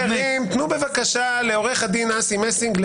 יש את סעיף 23(א) לחוק שירות המדינה (מינויים) שמאפשר למנות למעשה כל